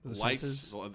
lights